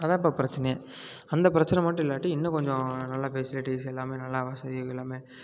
அதுதான் இப்போ பிரச்சனையே அந்த பிரச்சனை மட்டும் இல்லாட்டி இன்னும் கொஞ்சம் நல்ல ஃபெசிலிட்டிஸ் எல்லாமே நல்லா செய்து எல்லாமே